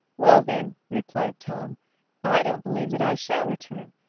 well, then, replied tom i don't believe that i shall return,